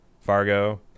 Fargo